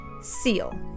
Seal